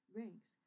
ranks